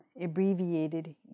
abbreviated